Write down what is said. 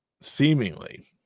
seemingly